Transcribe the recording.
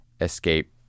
escape